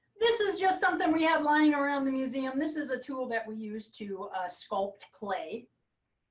this is just something we have lying around the museum. this is a tool that we use to sculpt clay.